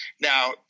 Now –